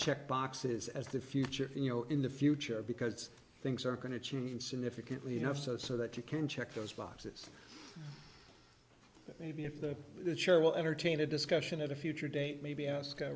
check boxes as the future you know in the future because things are going to change significantly enough so so that you can check those boxes maybe if the chair will entertain a discussion at a future date maybe ask